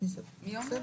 בסדר.